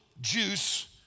juice